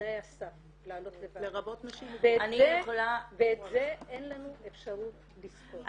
תנאי הסף ואת זה אין לנו אפשרות לספור.